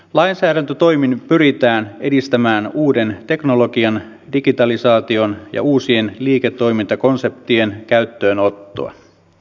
lainsäädäntötoimin pyritään edistämään uuden teknologian digitalisaation ja uusien liiketoimintakonseptien käyttöönottoa